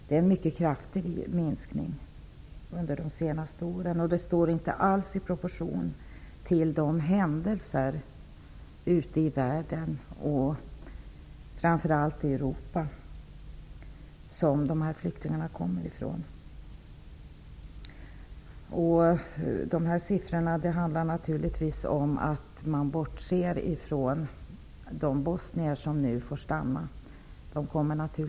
Det är en mycket kraftig minskning som har skett under de senaste åren, och den står inte alls i proportion till de händelser ute i världen, framför allt i Europa, som dessa flyktingar kommer ifrån. I dessa siffror är inte de bosnier som nu får stanna inräknade.